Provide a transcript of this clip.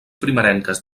primerenques